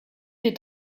est